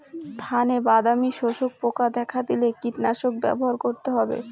ধানে বাদামি শোষক পোকা দেখা দিলে কি কীটনাশক ব্যবহার করতে হবে?